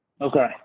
Okay